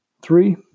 Three